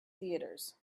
theatres